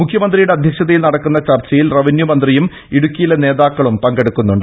മുഖ്യമന്ത്രിയുടെ അധ്യക്ഷതയിൽ നടക്കുന്ന ചർച്ചയിൽ റവന്യൂ മന്ത്രിയും ഇടുക്കിയിലെ നേതാക്കളും പങ്കെടുക്കുമുണ്ട്